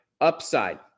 Upside